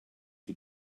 you